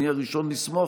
אני הראשון שאשמח,